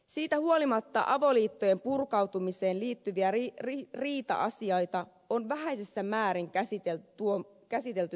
siitä huolimatta avoliittojen purkautumiseen liittyviä riita asioita on vähäisessä määrin käsitelty tuomioistuimissa